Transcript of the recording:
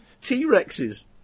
T-Rexes